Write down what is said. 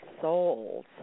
soul's